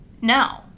no